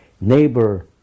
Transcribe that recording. neighbor